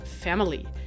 family